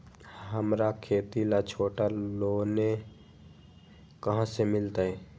हमरा खेती ला छोटा लोने कहाँ से मिलतै?